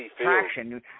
traction